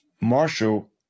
Marshall